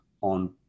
on